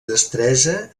destresa